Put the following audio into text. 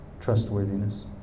trustworthiness